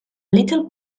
little